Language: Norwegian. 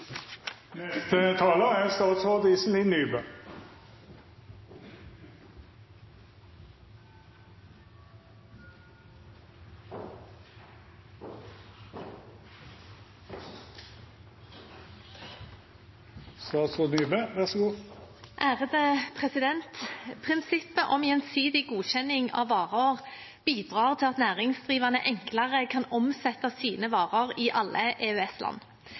Prinsippet om gjensidig godkjenning av varer bidrar til at næringsdrivende enklere kan omsette sine varer i alle